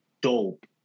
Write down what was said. dope